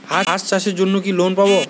হাঁস চাষের জন্য কি লোন পাব?